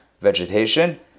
vegetation